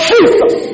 Jesus